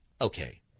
Okay